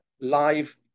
live